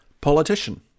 politician